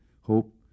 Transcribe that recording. hope